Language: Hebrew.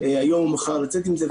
היום או מחר לצאת עם זה,